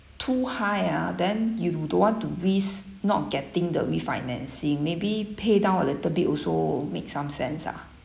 too high ah then you do~ don't want to risk not getting the refinancing maybe pay down a little bit also make some sense ah